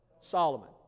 Solomon